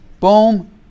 Boom